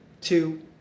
two